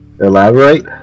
elaborate